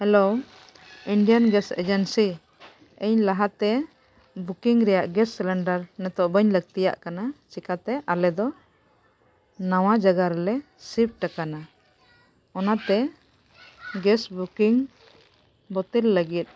ᱤᱧ ᱞᱟᱦᱟᱛᱮ ᱨᱮᱭᱟᱜ ᱱᱤᱛᱳᱜ ᱵᱟᱹᱧ ᱞᱟᱹᱠᱛᱤᱭᱟᱜ ᱠᱟᱱᱟ ᱪᱮᱠᱟᱛᱮ ᱟᱞᱮ ᱫᱚ ᱱᱟᱣᱟ ᱡᱟᱜᱟ ᱨᱮᱞᱮ ᱟᱠᱟᱱᱟ ᱚᱱᱟᱛᱮ ᱵᱟᱛᱤᱞ ᱞᱟᱹᱜᱤᱫ